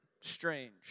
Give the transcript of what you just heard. strange